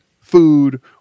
food